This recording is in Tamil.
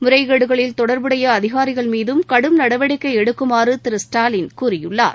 முறைகேடுகளில் தொடர்புடையஅதிகாரிகள் மீதும் கடும் நடவடிக்கைஎடுக்குமாறுதிரு ஸ்டாலின் கூறியுள்ளார்